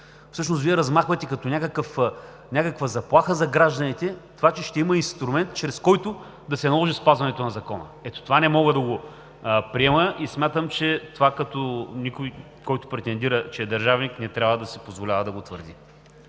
Вие размахвате като някаква заплаха за гражданите това, че ще има инструмент, чрез който да се наложи спазването на закона. Ето това не мога да го приема и смятам, че никой, който претендира, че е държавник, не трябва да си позволява да го твърди.